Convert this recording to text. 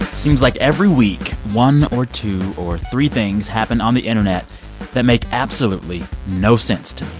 seems like every week, one or two or three things happen on the internet that make absolutely no sense to